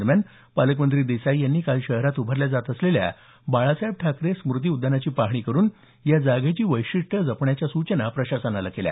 दरम्यान पालकमंत्री देसाई यांनी काल शहरात उभारल्या जात असलेल्या बाळासाहेब ठाकरे स्मुती उद्यानाची पाहणी करून या जागेची वैशिष्ट्यं जपण्याच्या सूचना प्रशासनाला केल्या